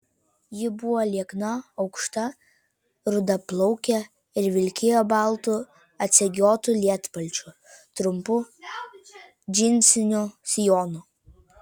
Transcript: ji buvo liekna aukšta rudaplaukė ir vilkėjo baltu atsegiotu lietpalčiu trumpu džinsiniu sijonu